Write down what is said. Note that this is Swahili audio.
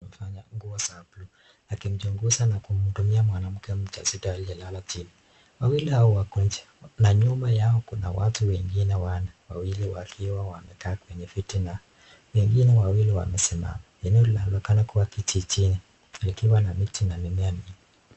Mama amevaa nguo za (cs) buluu ,akimchunguza na kumhudumia mwanamke mjamzito aliyelala chini. Wawili hawa wako nje na nyuma ya kuna watu wengine wanne, wawili wakiwa wamekaa kwenye viti na wengine wawili wamesimama. LInaonekana kua kijijini likiwa na miti na mimea mingi.